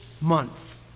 month